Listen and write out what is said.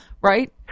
right